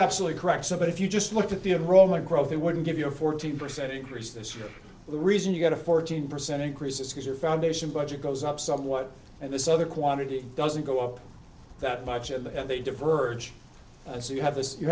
actually correct somebody if you just looked at the enrollment growth they wouldn't give you a fourteen percent increase this year the reason you got a fourteen percent increase is because your foundation budget goes up somewhat and this other quantity doesn't go up that much at the end they diverge and so you have this you